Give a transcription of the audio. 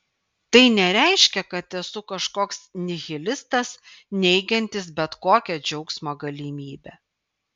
tai nereiškia kad esu kažkoks nihilistas neigiantis bet kokią džiaugsmo galimybę